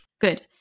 good